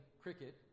cricket